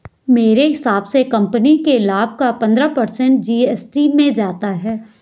मेरे हिसाब से कंपनी के लाभ का पंद्रह पर्सेंट जी.एस.टी में जाता है